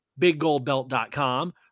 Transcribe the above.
biggoldbelt.com